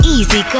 Easy